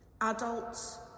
Adults